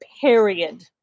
Period